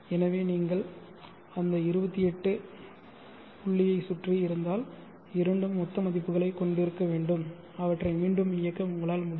எனவே நீங்கள் அந்த 28 புள்ளியைச் சுற்றி இருந்தால் இரண்டும் ஒத்த மதிப்புகளைக் கொண்டிருக்க வேண்டும் அவற்றை மீண்டும் இயக்க உங்களால் முடியும்